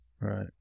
Right